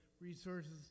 resources